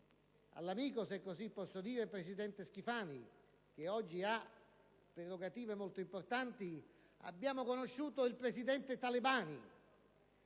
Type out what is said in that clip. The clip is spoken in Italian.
all'amico - se così posso dire - presidente Schifani, che oggi ha prerogative molto importanti, abbiamo conosciuto il presidente Talabani,